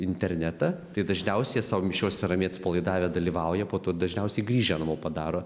internetą tai dažniausiai jie sau mišiose ramiai atsipalaidavę dalyvauja o po to dažniausiai grįžę namo padaro